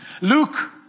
Luke